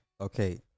Okay